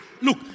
Look